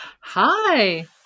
Hi